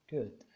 Good